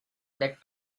that